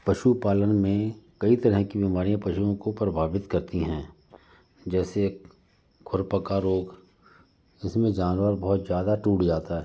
पशु पालन में कई तरह की बीमारियाँ पशुओं को प्रभावित करती हैं जैसे एक खुरपका रोग जिसमें जानवर बहुत ज़्यादा टूट जाता हैं